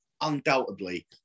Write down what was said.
Undoubtedly